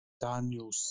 Daniel